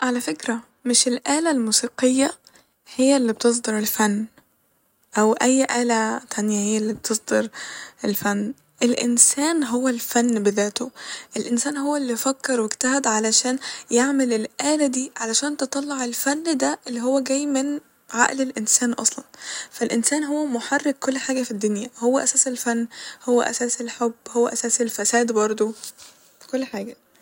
على فكرة مش الآلة الموسيقية هي هي اللي بتصدر الفن أو أي آلة تانية هي اللي بتصدر الفن ، الانسان هو الفن بذاته الانسان هو اللي فكر واجتهد علشان يعمل الآلة دي عشان تطلع الفن ده اللي هو جاي من عقل الانسان اصلا ، فالانسان هو محرك كل حاجة ف الدنيا ، هو أساس الفن هو أساس الحب هو أساس الفساد برضه كل حاجة